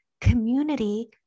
Community